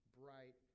bright